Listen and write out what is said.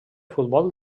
futbol